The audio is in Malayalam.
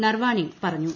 നർവാണെ പറഞ്ഞു